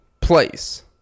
place